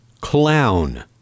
clown